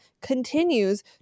continues